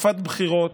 בתקופת בחירות,